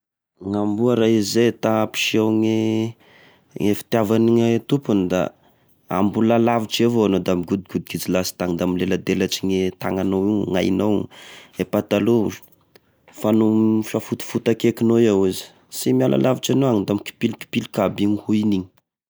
Gn'amboa raha izy zay gne ta hampiseho e fitiavany gne tompony da mbola lavitry evao anao da migodogodoky izy lasitagny da mileladelatry e tagnanao, gn'ainao, e pataloha, fagno misafotofoto akekinao eo izy. Sy miala lavitra anao igny da mikilikilipiky aby igny onigny.